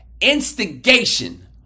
instigation